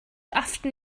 often